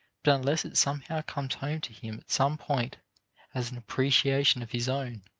but unless it somehow comes home to him at some point as an appreciation of his own,